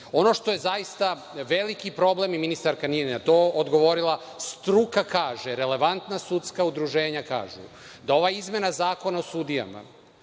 što je zaista veliki problem i ministarka nije ni na to odgovorila, struka kaže, relevatna sudska udruženja kažu da ova izmena Zakona o sudijama